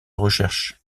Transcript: recherche